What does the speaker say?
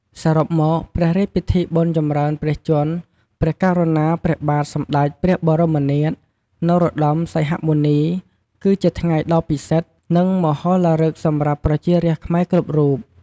សរុបមក ព្រះរាជពិធីបុណ្យចម្រើនព្រះជន្ម ព្រះករុណា ព្រះបាទសម្តេចព្រះបរមនាថ នរោត្តម សីហមុនី គឺជាថ្ងៃដ៏ពិសិដ្ឋ និងមហោឡារិកសម្រាប់ប្រជារាស្ត្រខ្មែរគ្រប់រូប។